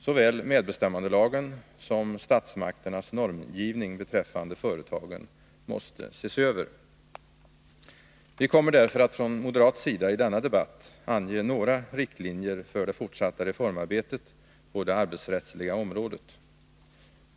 Såväl medbestämmandelagen som statsmakternas normgivning beträffande företagen måste ses över. Vi kommer därför att från moderat sida i denna debatt ange några riktlinjer för det fortsatta reformarbetet på det arbetsrättsliga området.